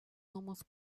namus